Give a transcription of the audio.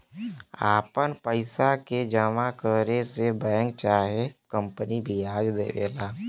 आपन पइसा के जमा करे से बैंक चाहे कंपनी बियाज देवेला